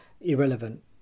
irrelevant